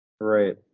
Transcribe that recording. Right